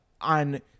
on